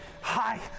Hi